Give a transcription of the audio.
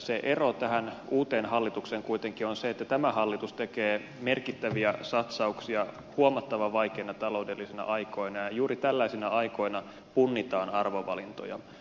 se ero tähän uuteen hallitukseen kuitenkin on se että tämä hallitus tekee merkittäviä satsauksia huomattavan vaikeina taloudellisina aikoina ja juuri tällaisina aikoina punnitaan arvovalintoja